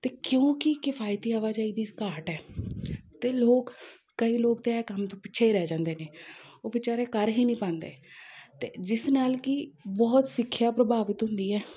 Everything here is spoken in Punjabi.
ਅਤੇ ਕਿਉਂਕਿ ਕਿਫਾਇਤੀ ਆਵਾਜਾਈ ਦੀ ਘਾਟ ਹੈ ਅਤੇ ਲੋਕ ਕਈ ਲੋਕ ਤਾਂ ਇਹ ਕੰਮ ਤੋਂ ਪਿੱਛੇ ਰਹਿ ਜਾਂਦੇ ਨੇ ਉਹ ਵਿਚਾਰੇ ਕਰ ਹੀ ਨਹੀਂ ਪਾਉਂਦੇ ਅਤੇ ਜਿਸ ਨਾਲ ਕਿ ਬਹੁਤ ਸਿੱਖਿਆ ਪ੍ਰਭਾਵਿਤ ਹੁੰਦੀ ਹੈ